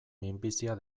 minbizia